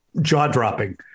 jaw-dropping